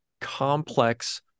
complex